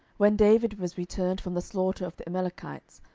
when david was returned from the slaughter of the amalekites,